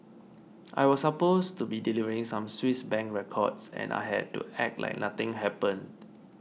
I was supposed to be delivering some Swiss Bank records and I had to act like nothing happened